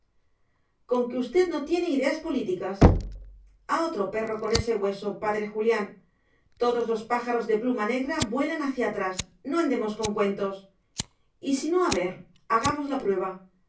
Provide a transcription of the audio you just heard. con que usted no tiene ideas políticas a otro perro con ese hueso padre julián todos los pájaros de pluma negra vuelan hacia atrás no andemos con cuentos y si no a ver hagamos la prueba